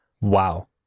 wow